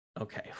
Okay